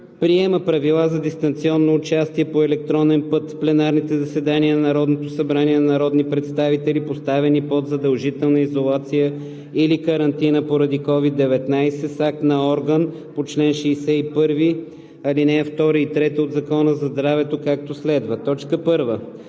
Приема правила за дистанционно участие по електронен път в пленарните заседания на Народното събрание на народни представители, поставени под задължителна изолация или карантина поради COVID-19 с акт на орган по чл. 61, ал. 2 и 3 от Закона за здравето, както следва: 1.